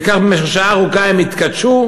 וכך במשך שעה ארוכה הם התכתשו,